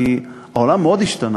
כי העולם מאוד השתנה,